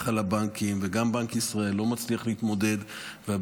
על הבנקים וגם בנק ישראל לא מצליחים להתמודד איתו.